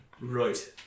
Right